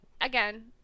again